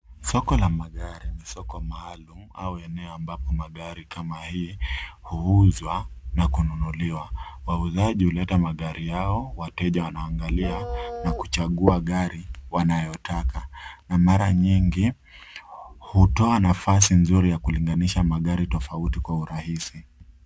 Soko la magari ni soko maalum au eneo ambapo magari kama hii huuzwa na kununuliwa. Wauzaji huleta magari yao, wateja wanaangalia na kuchagua gari wanayotaka na mara nyingi hutoa nafasi nzuri ya kulinganisha magari tofauti kwa urahisi.